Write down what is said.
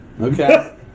Okay